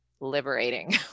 liberating